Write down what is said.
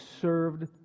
served